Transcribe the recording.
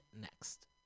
next